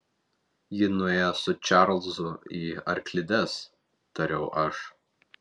ji nuėjo su čarlzu į arklides tariau aš